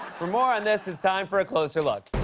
for more on this, it's time for a closer look.